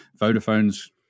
vodafone's